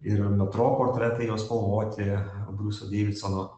ir metro portretai jo spalvoti briuso deividsono